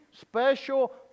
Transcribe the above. special